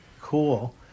cool